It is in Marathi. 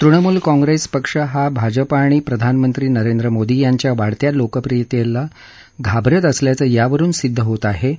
तृणमूल काँग्रेस पक्ष हा भाजपा आणि प्रधानमंत्री नरेंद्र मोदी यांच्या वाढत्या लोकप्रियतेला घाबरत असल्याचं यावरुन सिद्ध होत आहे असं गोयल म्हणाले